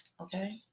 Okay